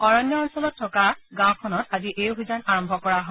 অৰণ্য অঞ্চলত থকা গাঁওখনত আজি পুৱা এই অভিযান আৰম্ভ কৰা হয়